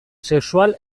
sexual